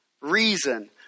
reason